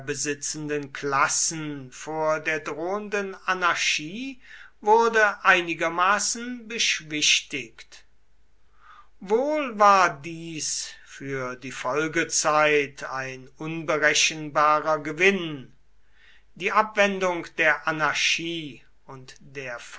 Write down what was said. besitzenden klassen vor der drohenden anarchie wurde einigermaßen beschwichtigt wohl war dies für die folgezeit ein unberechenbarer gewinn die abwendung der anarchie und der